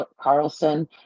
Carlson